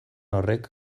horrek